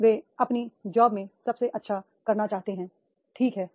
वे अपनी जॉब में सबसे अच्छा करना चाहते हैं ठीक है